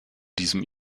diesem